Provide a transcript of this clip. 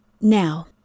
Now